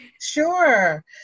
Sure